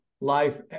life